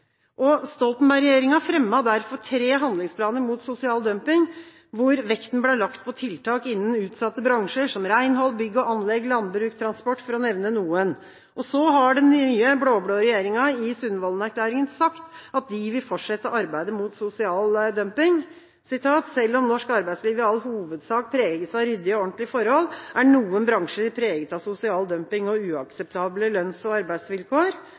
derfor tre handlingsplaner mot sosial dumping, hvor vekten ble lagt på tiltak innenfor utsatte bransjer, som renhold, bygg og anlegg, landbruk og transport, for å nevne noen. Den nye blå-blå regjeringa har i Sundvolden-erklæringa sagt at de vil fortsette arbeidet mot sosial dumping: «Selv om norsk arbeidsliv i all hovedsak preges av ryddige og ordentlige forhold, er noen bransjer preget av sosial dumping og uakseptable lønns- og arbeidsvilkår.